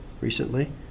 recently